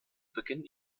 beginn